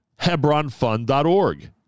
Hebronfund.org